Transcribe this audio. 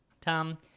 Tom